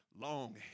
long